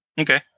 Okay